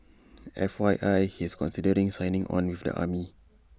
F Y I he's considering signing on with the army